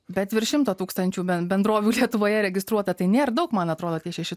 bet virš šimto tūkstančių bendrovių lietuvoje registruota tai nėra daug man atrodo tie šeši